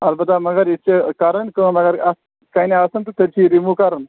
البتہٕ مگر یہِ چھِ کَرَن کٲم اگر اَتھ کَنہِ آسٮ۪ن تہٕ تیٚلہِ چھِ یہِ رِموٗ کَرُن